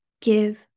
give